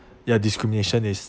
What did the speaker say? ya discrimination is